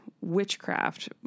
witchcraft